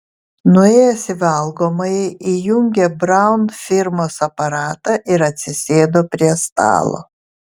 nuėjęs į valgomąjį įjungė braun firmos aparatą ir atsisėdo prie stalo